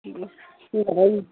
होनबालाय